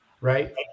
Right